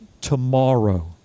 tomorrow